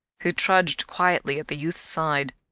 who trudged quietly at the youth's side.